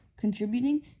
contributing